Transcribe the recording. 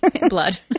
Blood